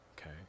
okay